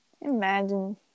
Imagine